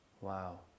Wow